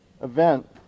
Event